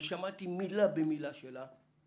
שמעתי מילה במילה שלה,